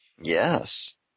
Yes